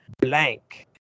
Blank